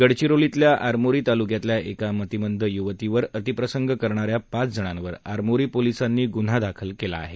गडचिरोतल्या आरमोरी तालुक्यातल्या एका मतीमंद युवतीवर अतिप्रसंग करणाऱ्या पाच जणांवर आरमोरी पोलिसांनी गुन्हा दाखल केला आहे